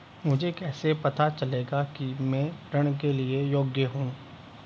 मुझे कैसे पता चलेगा कि मैं ऋण के लिए योग्य हूँ?